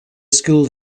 school